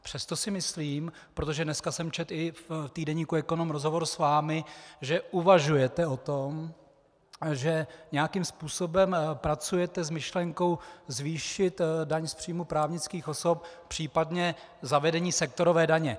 Přesto si myslím, protože dneska jsem četl i v týdeníku Ekonom rozhovor s vámi, že uvažujete o tom, že nějakým způsobem pracujete s myšlenkou zvýšit daň z příjmů právnických osob, případně sektorové daně.